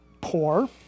poor